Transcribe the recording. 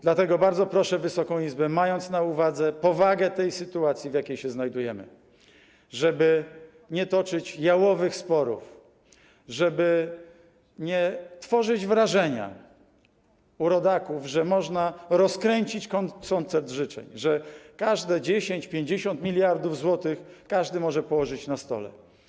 Dlatego bardzo proszę Wysoką Izbę, mając na uwadze powagę sytuacji, w jakiej się znajdujemy, żeby nie toczyć jałowych sporów, nie tworzyć u rodaków wrażenia, że można rozkręcić koncert życzeń, że każde 10, 50 mld zł każdy może położyć na stole.